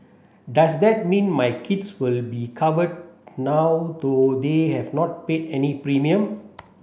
does that mean my kids will be covered now though they have not paid any premium